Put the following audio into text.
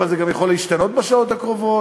אבל זה גם יכול להשתנות בשעות הקרובות.